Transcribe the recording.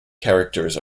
characters